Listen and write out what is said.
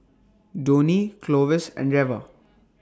Donie Clovis and Reva